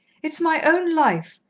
it's my own life.